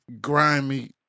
grimy